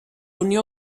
unió